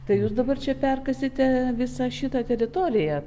tai jūs dabar čia perkasite visą šitą teritoriją